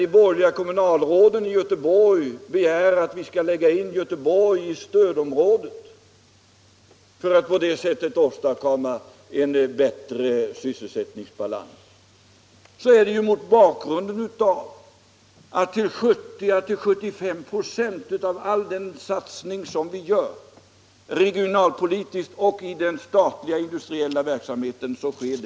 De borgerliga kommunalråden i Göteborg har begärt att vi skall lägga in Göteborg i stödområdet för att man på det sättet skall kunna åstadkomma en bättre sysselsättningsbalans. Sådana frågor kommer naturligtvis upp mot bakgrunden av att 70-75 96 av all den satsning som görs regionalpolitiskt och i den statliga industriella verksamheten görs i norr.